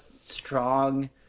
strong